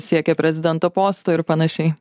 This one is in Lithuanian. siekia prezidento posto ir panašiai